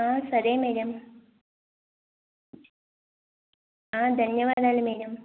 సరే మేడం ధన్యవాదాలు మేడం